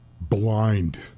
blind